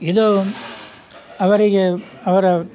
ಇದು ಅವರಿಗೆ ಅವರ